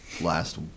last